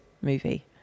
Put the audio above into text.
movie